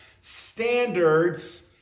standards